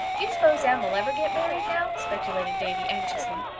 do you s'pose anne will ever get married now? speculated davy anxiously.